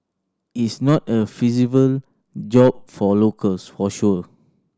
is not a feasible job for locals for sure